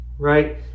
Right